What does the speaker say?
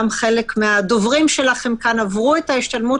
גם חלק מהדוברים שלכם כאן עברו את ההשתלמות